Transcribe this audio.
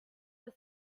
this